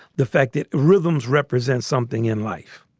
the fact that rhythms represents something in life,